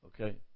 okay